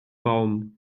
baum